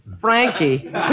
Frankie